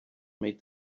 made